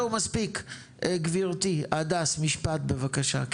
גברתי, הדס, משפט בבקשה.